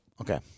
Okay